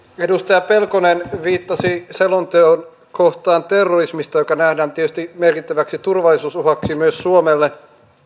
edustaja pelkonen viittasi selonteon kohtaan terrorismista joka nähdään tietysti merkittäväksi turvallisuusuhaksi myös suomelle